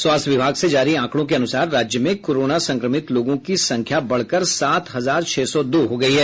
स्वास्थ्य विभाग से जारी आंकडों के अनुसार राज्य में कोरोना संक्रमित लोगों की संख्या बढ़कर सात हजार छह सौ दो हो गई है